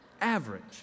Average